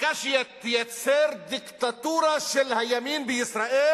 לחקיקה שתייצר דיקטטורה של הימין בישראל